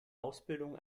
ausbildung